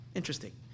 interesting